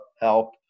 help